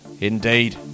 Indeed